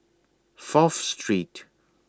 Fourth Street